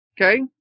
Okay